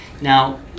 Now